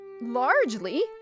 largely